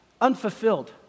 unfulfilled